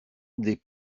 des